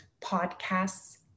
podcasts